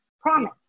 promise